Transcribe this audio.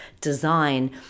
design